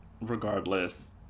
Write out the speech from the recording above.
regardless